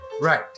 Right